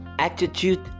attitude